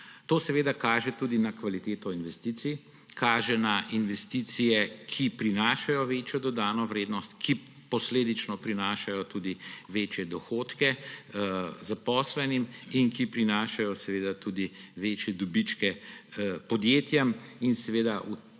To kaže tudi na kvaliteto investicij, kaže na investicije, ki prinašajo večjo dodano vrednost, ki posledično prinašajo tudi večje dohodke zaposlenim in ki prinašajo tudi večje dobičke podjetjem. V tem